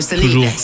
Toujours